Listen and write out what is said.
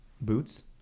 boots